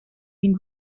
been